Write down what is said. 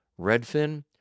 Redfin